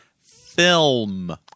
film